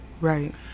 Right